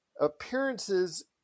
appearances